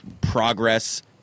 progress